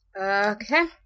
Okay